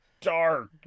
Dark